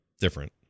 different